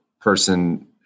person